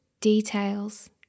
details